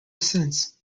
sense